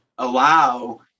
allow